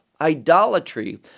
idolatry